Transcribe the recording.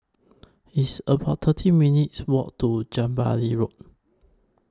It's about thirteen minutes' Walk to Jubilee Road